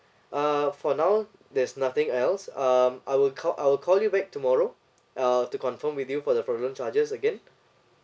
uh for now there's nothing else um I will call I will call you back tomorrow uh to confirm with you for the fraudulent charges again